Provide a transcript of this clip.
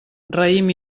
raïm